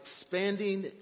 expanding